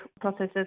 processes